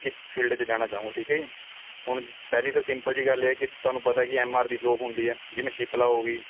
ਕਿਸ ਫੀਲਡ 'ਚ ਜਾਣਾ ਚਾਹੂੰਗਾ ਠੀਕ ਹੈ ਜੀ ਹੁਣ ਪਹਿਲੀ ਤਾਂ ਸਿੰਪਲ ਜਿਹੀ ਗੱਲ ਹੈ ਕਿ ਤੁਹਾਨੂੰ ਪਤਾ ਕਿ ਐਮ ਆਰ ਦੀ ਜੋਬ ਹੁੰਦੀ ਹੈ ਜਿਵੇਂ ਸ਼ੀਪਲਾ ਹੋ ਗਈ